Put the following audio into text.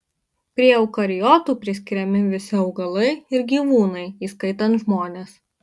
prie eukariotų priskiriami visi augalai ir gyvūnai įskaitant žmones